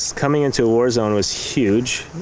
coming into a war zone was huge.